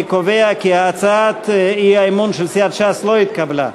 אני קובע כי הצעת האי-אמון של סיעת ש"ס לא התקבלה.